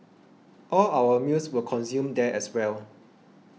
all our meals were consumed there as well